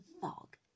fog